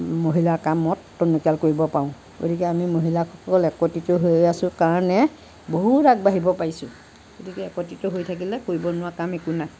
মহিলাৰ কামত টনকিয়াল কৰিব পাৰোঁ গতিকে আমি মহিলাসকল একত্ৰিত হৈ আছোঁ কাৰণে বহুত আগবাঢ়িব পাৰিছোঁ গতিকে একত্ৰিত হৈ থাকিলে কৰিব নোৱাৰা কাম একো নাই